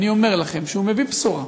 אני אומר לכם שהוא מביא בשורה,